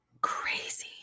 crazy